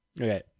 Okay